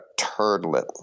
turdlet